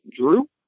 Drew